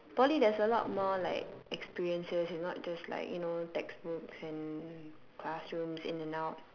Poly there's a lot more like experiences and not just like you know textbooks and classrooms in and out